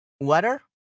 water